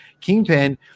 Kingpin